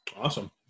Awesome